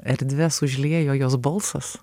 erdves užliejo jos balsas